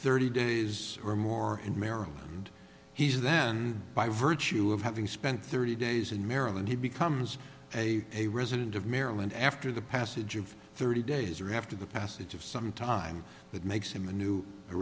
thirty days or more in maryland he's then by virtue of having spent thirty days in maryland he becomes a a resident of maryland after the passage of thirty days or after the passage of some time that makes him a new